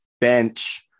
bench